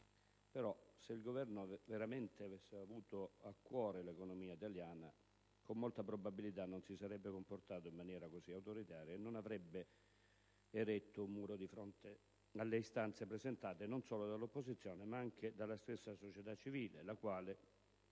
ma se il Governo avesse veramente avuto a cuore l'economia italiana, con tutta probabilità non si sarebbe comportato in maniera così autoritaria e non avrebbe eretto un muro di fronte alle istanze presentate non solo dall'opposizione, ma anche dalla stessa società civile, la quale